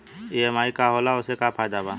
EMI का होला और ओसे का फायदा बा?